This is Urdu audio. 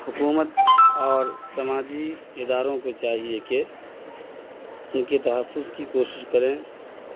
حکومت اور سماجی اداروں کو چاہیے کہ ان کے تحفظ کی کوشش کریں